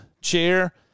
chair